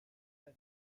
crée